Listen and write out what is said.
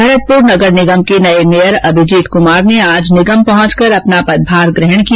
भरतपुर नगर निगम के नए मेयर अभिजीत कुमार ने आज निगम पहंचकर अपना पदभार ग्रहण किया